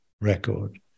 record